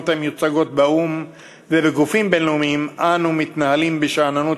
וזה נוסח הצהרת האמונים: אני מתחייב לשמור אמונים למדינת